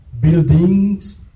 Buildings